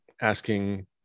asking